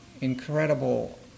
incredible